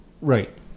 Right